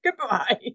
Goodbye